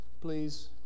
please